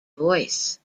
voice